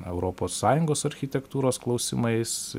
europos sąjungos architektūros klausimais